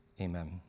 amen